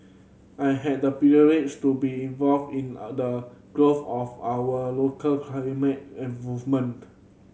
I had the privilege to be involved in the growth of our local climate movement